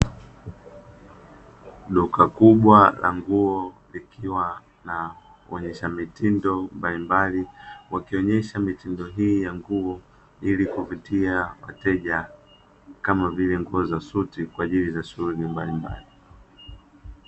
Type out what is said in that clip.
Duka kubwa la nguo, likiwa na waonyesha mitindo mbalimbali, wakionyesha mitindo hii ya nguo, ili kuvutia wateja, kama vile nguo za suti kwa ajili ya shughuli mbalimbali.